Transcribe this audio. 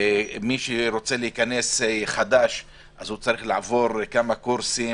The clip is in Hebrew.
מי שרוצה להיכנס צריך לעבור כמה קורסים